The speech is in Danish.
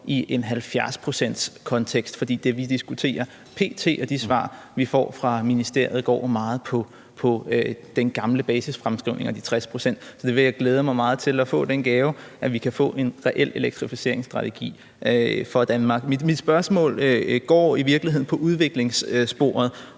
i en 70-procentskontekst. For det, vi diskuterer p.t., og de svar, vi får fra ministeriet, går jo meget på den gamle basisfremskrivning og de 60 pct. Så det vil jeg glæde mig meget til, altså at få den gave, at vi kan få en reel elektrificeringsstrategi for Danmark. Mit spørgsmål går i virkeligheden på udviklingssporet